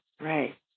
right